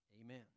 Amen